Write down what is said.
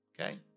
Okay